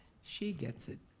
she gets it.